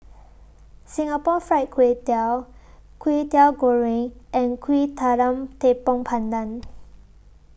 Singapore Fried Kway Tiao Kwetiau Goreng and Kueh Talam Tepong Pandan